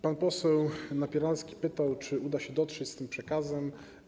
Pan poseł Napieralski pytał, czy uda się dotrzeć z tym przekazem.